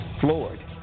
floored